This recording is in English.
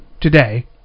today